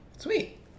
Sweet